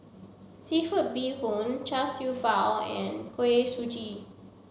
seafood bee hoon char siew bao and kuih suji